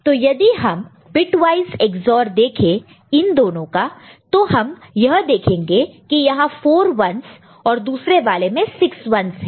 तो यदि हम बिटवाइस EX OR देखें इन दोनों का तो हम यह देखेंगे कि यहां 4 1's और दूसरे वाले में वहां 6 1's है